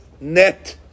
net